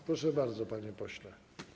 Proszę bardzo, panie pośle.